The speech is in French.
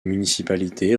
municipalités